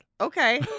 okay